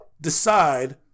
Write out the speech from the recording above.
decide